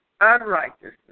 unrighteousness